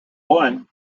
one